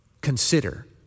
consider